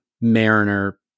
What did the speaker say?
Mariner